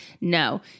No